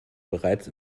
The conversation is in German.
bereits